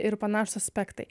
ir panašūs aspektai